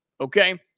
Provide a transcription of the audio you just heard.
Okay